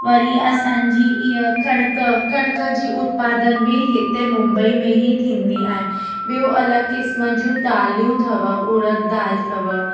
वरी असांजी हीअ कणिक कणिक जी उत्पादन बि हिते मुंबई में ई थींदी आहे ॿियो अलॻि क़िस्म जूं दालियूं अथव उरद दाल अथव